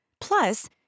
Plus